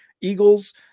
Eagles